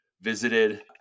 visited